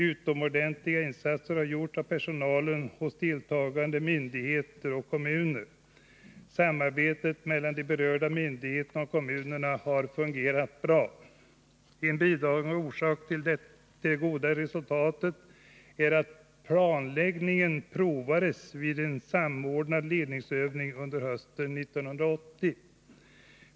Utomordentliga insatser har gjorts av personalen i deltagande myndigheter och kommuner. Samarbetet mellan de berörda myndigheterna och kommunerna har fungerat bra. En bidragande orsak till det goda resultatet är att planläggningen provades vid en samordnad ledningsövning under hösten 1980.